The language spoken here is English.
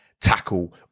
tackle